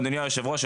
אדוני יושב הראש,